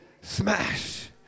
smash